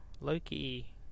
Loki